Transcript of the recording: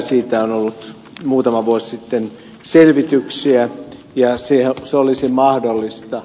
siitä on ollut muutama vuosi sitten selvityksiä ja se olisi mahdollista